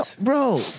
bro